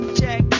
check